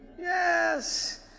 Yes